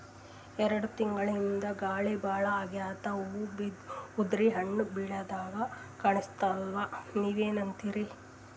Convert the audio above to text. ಎರೆಡ್ ತಿಂಗಳಿಂದ ಗಾಳಿ ಭಾಳ ಆಗ್ಯಾದ, ಹೂವ ಉದ್ರಿ ಹಣ್ಣ ಬೆಳಿಹಂಗ ಕಾಣಸ್ವಲ್ತು, ನೀವೆನಂತಿರಿ?